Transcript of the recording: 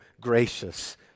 gracious